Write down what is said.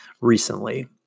recently